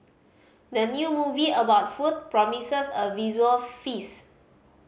the new movie about food promises a visual feast